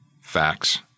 facts